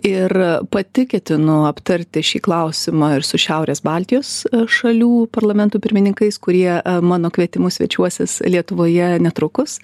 ir pati ketinu aptarti šį klausimą ir su šiaurės baltijos šalių parlamentų pirmininkais kurie mano kvietimu svečiuosis lietuvoje netrukus